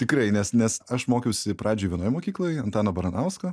tikrai nes nes aš mokiausi pradžioj vienoj mokykloj antano baranausko